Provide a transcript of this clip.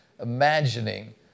imagining